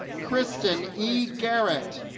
kristin e. garret